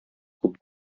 күп